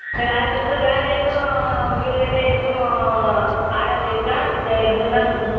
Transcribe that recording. சரி அதை தந்துடுறோம் வேறு எதுவும் வீடுகட்ட எதுக்கும் ஆர்டரு இருக்கா சரி இருந்ததுன்னா கொஞ்சம்